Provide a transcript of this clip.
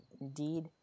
indeed